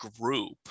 group